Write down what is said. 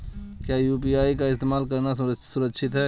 क्या यू.पी.आई का इस्तेमाल करना सुरक्षित है?